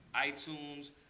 iTunes